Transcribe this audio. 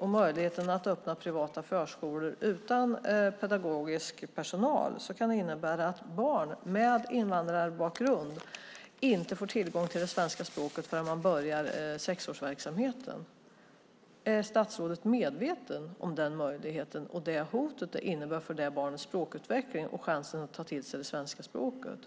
med möjligheten att öppna privata förskolor utan pedagogisk personal kan innebära att barn med invandrarbakgrund inte får tillgång till det svenska språket förrän de börjar sexårsverksamheten. Är statsrådet medveten om den möjligheten, det hot det innebär för de barnens språkutveckling och deras chanser att ta till sig det svenska språket?